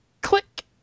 click